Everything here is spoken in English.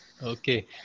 Okay